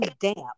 damp